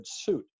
suit